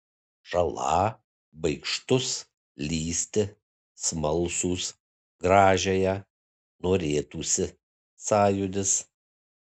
šąlą baikštus lįsti smalsūs gražiąją norėtųsi sąjūdis